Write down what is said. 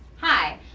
hi,